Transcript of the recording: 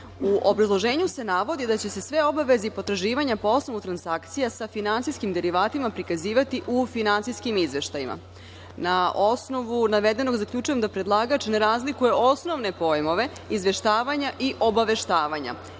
obrazloženju se navodi da će se sve obaveze i potraživanja po osnovu transakcija sa finansijskim derivatima prikazivati u finansijskim izveštajima. Na osnovu navedenog zaključujem da predlagač ne razlikuje osnovne pojmove izveštavanja i obaveštavanja.